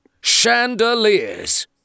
Chandeliers